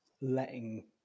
letting